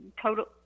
total